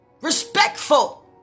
respectful